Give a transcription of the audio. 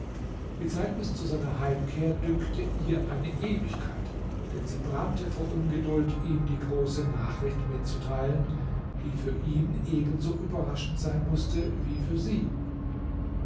die zeit bis zu seiner heimkehr dünkte ihr eine ewigkeit denn sie brannte vor ungeduld ihm die große nachricht mitzuteilen die für ihn ebenso überraschend sein mußte wie für sie